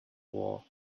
war